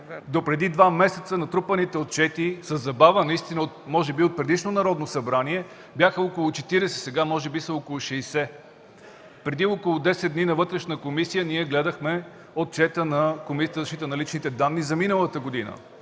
Допреди два месеца натрупаните отчети със забава, може би от предишното Народно събрание, бяха около 40, сега може би са около 60. Преди около 10 дни във Вътрешната комисия ние гледахме Отчета на Комисията за защита на личните данни за миналата година.